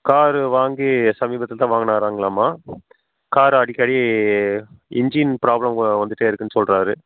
car வாங்கி சமீபத்தில் தான் வாங்குனாராங்கலாமா கார் அடிக்கடி இஞ்சின் ப்ராப்ளம் வந்துட்டே இருக்குதுனு சொல்கிறாரு